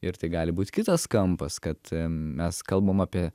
ir tai gali būt kitas kampas kad mes kalbam apie